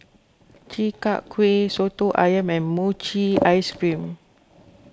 Chi Kak Kuih Soto Ayam and Mochi Ice Cream